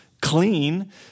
clean